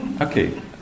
Okay